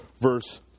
verse